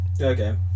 Okay